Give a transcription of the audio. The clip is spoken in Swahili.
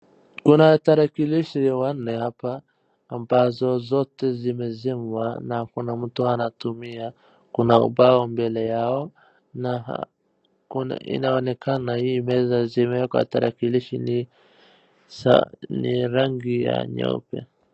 Kuna tarakilishi wanne hapa ambazo zote zimezimwa na kuna mtu anatumia. Kuna ubao mbele yao na inaonekana hii meza zimeekwa tarakilishi ni rangi ya nyeupe.